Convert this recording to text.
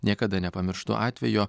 niekada nepamirštu atvejo